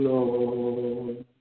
Lord